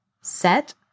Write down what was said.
set